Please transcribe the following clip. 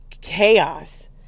chaos